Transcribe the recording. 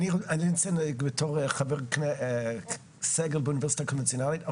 אני רוצה להגיד בתור חבר סגל באוניברסיטה הקונבנציונאלית.